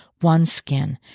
OneSkin